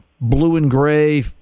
blue-and-gray